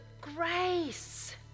grace